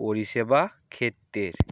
পরিষেবা ক্ষেত্রের